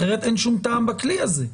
אחרת אין שום טעם בכלי הזה.